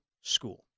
school